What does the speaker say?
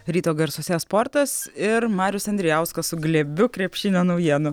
ryto garsuose sportas ir marius andrijauskas su glėbiu krepšinio naujienų